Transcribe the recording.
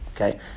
Okay